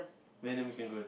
Venom became good